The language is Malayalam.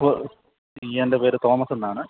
അപ്പോൾ എൻ്റെ പേര് തോമസ് എന്നാണ്